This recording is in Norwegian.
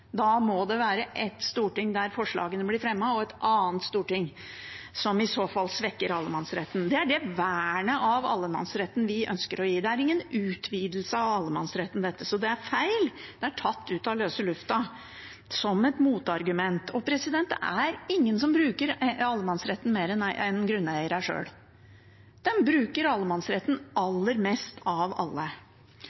Da må det være ett storting der forslagene blir fremmet, og et annet storting som i så fall svekker allemannsretten. Det er det vernet av allemannsretten vi ønsker å gi. Dette er ingen «utvidelse av allemannsretten». Så det er feil, det er tatt ut av løse lufta som et motargument. Og det er ingen som bruker allemannsretten mer enn grunneierne sjøl. De bruker allemannsretten